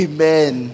Amen